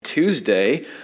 Tuesday